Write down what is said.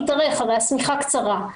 יתארך אבל השמיכה קצרה.